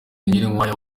nyirinkwaya